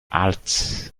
halte